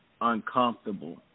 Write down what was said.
uncomfortable